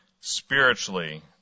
spiritually